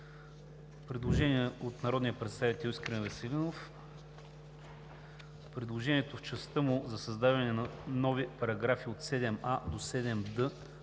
Предложение от народния представител Искрен Веселинов. Предложението в частта му за създаване на нови параграфи от 7а до 7д